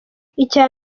icya